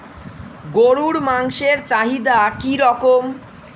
গরুর মাংসের চাহিদা কি রকম?